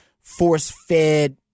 force-fed